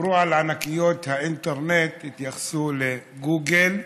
כשדיברו על ענקיות האינטרנט התייחסו לגוגל,